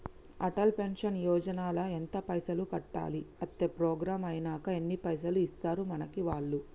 Atal pension Yojana ల ఎంత పైసల్ కట్టాలి? అత్తే ప్రోగ్రాం ఐనాక ఎన్ని పైసల్ ఇస్తరు మనకి వాళ్లు?